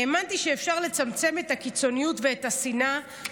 האמנתי שאפשר לצמצם את הקיצוניות ואת השנאה,